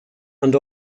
and